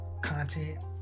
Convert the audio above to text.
content